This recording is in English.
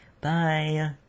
bye